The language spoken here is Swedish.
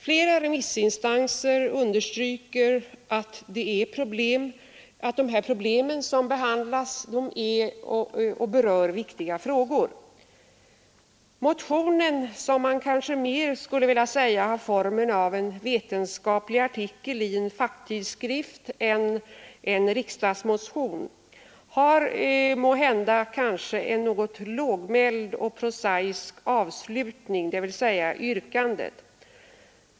Flera remissinstanser understryker att de problem som behandlas berör viktiga frågor. Motionen, som kanske mer har formen av en vetenskaplig artikel i en facktidskrift än en riksdagsmotion, har måhända en något lågmäld och prosaisk avslutning, dvs. yrkandet.